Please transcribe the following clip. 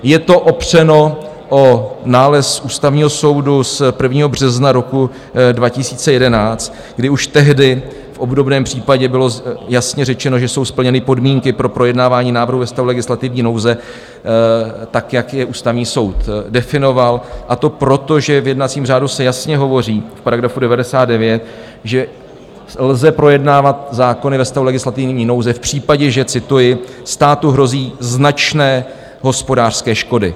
Je to opřeno o nález Ústavního soudu z 1. března roku 2011, kdy už tehdy v obdobném případě bylo jasně řečeno, že jsou splněny podmínky pro projednávání návrhu ve stavu legislativní nouze, tak jak je Ústavní soud definoval, a to proto, že v jednacím řádu se jasně hovoří v § 99, že lze projednávat zákony ve stavu legislativní nouze v případě, že cituji státu hrozí značné hospodářské škody.